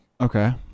Okay